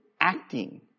acting